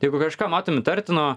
jeigu kažką matom įtartino